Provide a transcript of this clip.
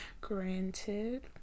Granted